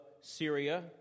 Syria